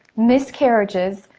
miscarriages,